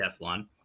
Teflon